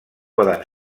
poden